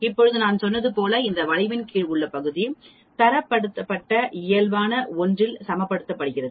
இப்போது நான் சொன்னது போல இந்த வளைவின் கீழ் உள்ள பகுதி தரப்படுத்தப்பட்ட இயல்பான 1 இல் சமப்படுத்தப்படுகிறது